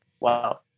Wow